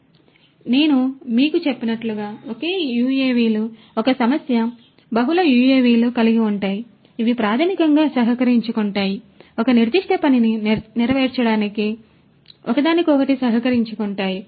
కాబట్టి నేను మీకు చెప్పినట్లుగా ఒకే యుఎవిలు ఒక సమస్య బహుళ యుఎవిలు కలిగివుంటాయి ఇవి ప్రాథమికంగా సహకరించుకుంటాయి ఒక నిర్దిష్ట పనిని నెరవేర్చడానికి ఒకదానికొకటి సహకరించుకుంటాయి